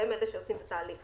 והם אלה שעושים את התהליך.